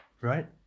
Right